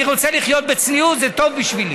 אני רוצה לחיות בצניעות, זה טוב בשבילי.